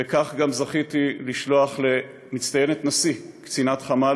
וכך גם זכיתי לשלוח למצטיינת הנשיא קצינת חמ"ל